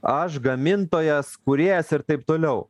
aš gamintojas kūrėjas ir taip toliau